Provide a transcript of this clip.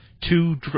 two